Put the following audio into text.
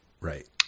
right